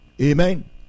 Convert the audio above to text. Amen